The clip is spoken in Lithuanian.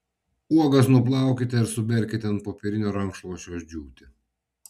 uogas nuplaukite ir suberkite ant popierinio rankšluosčio džiūti